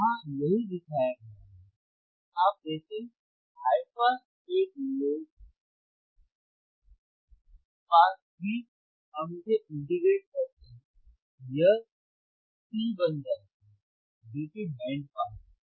तो यहां यही दिखाया गया है आप देखें हाय पास एक लोग पास भी हम इसे इंटीग्रेट करते हैं यह सी बन जाता है जोकि बैंड पास है